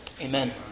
Amen